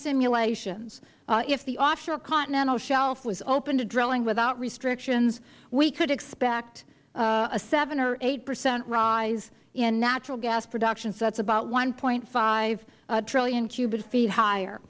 simulations if the offshore continental shelf was open to drilling without restrictions we could expect a seven or eight percent rise in natural gas production so that is about one point five trillion cubic feet higher